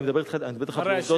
אני מדבר אתך על עובדות,